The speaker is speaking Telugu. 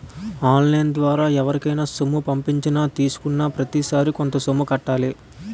ఆన్ లైన్ ద్వారా ఎవరికైనా సొమ్ము పంపించినా తీసుకున్నాప్రతిసారి కొంత సొమ్ము కట్టాలి